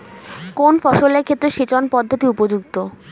কোন ফসলের ক্ষেত্রে সেচন পদ্ধতি উপযুক্ত?